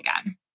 again